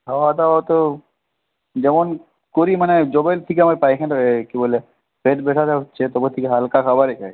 খাওয়াদাওয়া তো যেমন করি মানে যবে থেকে আমার পায়খানাটা কী বলে পেট ব্যথাটা হচ্ছে তবে থেকে হালকা খাবারই খাই